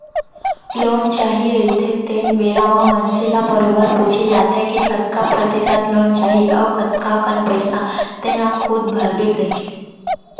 loan चाही रहिथे तेन बेरा म मनसे ल बरोबर पूछे जाथे के कतका परतिसत लोन चाही अउ कतका कन पइसा तेंहा खूद भरबे कहिके